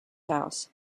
house